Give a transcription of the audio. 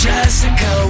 Jessica